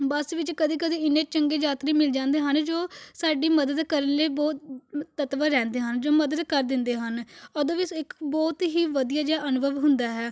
ਬੱਸ ਵਿੱਚ ਕਦੇ ਕਦੇ ਇੰਨੇ ਚੰਗੇ ਯਾਤਰੀ ਮਿਲ ਜਾਂਦੇ ਹਨ ਜੋ ਸਾਡੀ ਮਦਦ ਕਰਨ ਲਈ ਬਹੁਤ ਤਤਪਰ ਰਹਿੰਦੇ ਹਨ ਜੋ ਮਦਦ ਕਰ ਦਿੰਦੇ ਹਨ ਉਦੋਂ ਵੀ ਇੱਕ ਬਹੁਤ ਹੀ ਵਧੀਆ ਜਿਹਾ ਅਨੁਭਵ ਹੁੰਦਾ ਹੈ